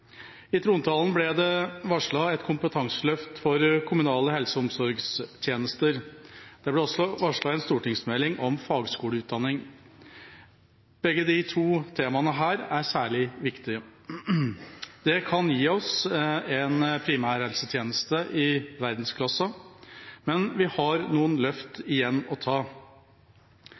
I trontalen ble det varslet et kompetanseløft for kommunale helse- og omsorgstjenester. Det ble også varslet en stortingsmelding om fagskoleutdanning. Begge de temaene er særlig viktige. Det kan gi oss en primærhelsetjeneste i verdensklasse, men vi har noen løft